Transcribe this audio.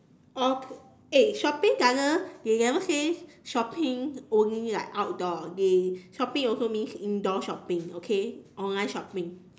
or eh shopping doesn't they never say shopping only like outdoor okay shopping also means indoor shopping okay online shopping